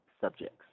subjects